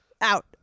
Out